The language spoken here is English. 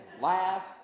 laugh